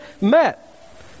met